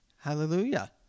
Hallelujah